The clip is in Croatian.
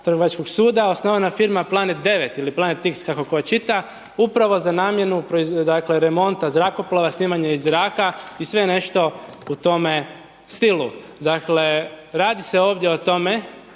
Trgovačkog suda, osnovana firma Planet 9 ili Planet X, kako tko čita, upravo za namjenu dakle remonta zrakoplova, snimanje iz zraka i sve nešto u tome stilu. Dakle, radi se ovdje o tome